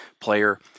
player